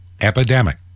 epidemic